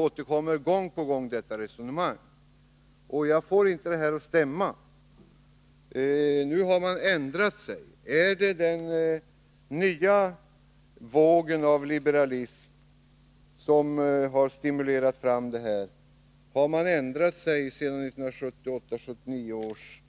Det resonemanget återkommer gång på gång. Jag fårinte detta att stämma. Nu har moderaterna tydligen ändrat sig. Är det den nya vågen av liberalism som har stimulerat fram denna ändring? Har man ändrat sig sedan man skrev reservationen till 1978/79 års